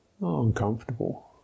uncomfortable